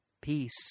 peace